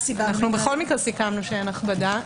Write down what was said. סיכמנו שאין הכבדה.